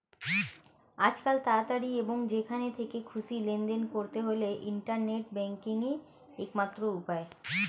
আজকাল তাড়াতাড়ি এবং যেখান থেকে খুশি লেনদেন করতে হলে ইন্টারনেট ব্যাংকিংই একমাত্র উপায়